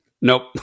Nope